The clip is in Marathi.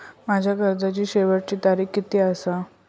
माझ्या कर्जाची शेवटची तारीख किती आसा?